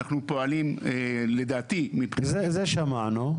אנחנו פועלים מבחינתי --- זה שמענו,